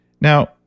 Now